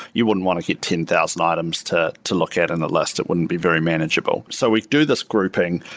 you wouldn't want to get ten thousand items to to look at in the list. it wouldn't be very manageable. so we do this grouping,